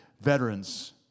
veterans